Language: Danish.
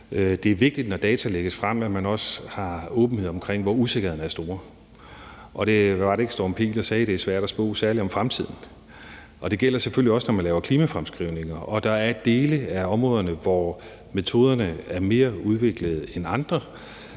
det er vigtigt, når data lægges frem, at man også har åbenhed omkring, hvor usikkerhederne er store. Var det ikke Storm P, der sagde, at det er svært at spå, særlig om fremtiden, og det gælder selvfølgelig også, når man laver klimafremskrivninger. Der er dele af områderne, hvor metoderne er mere udviklede end andre.